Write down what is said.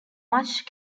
much